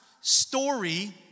story